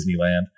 Disneyland